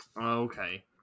Okay